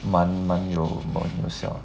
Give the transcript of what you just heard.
蛮蛮有蛮有效